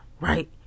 Right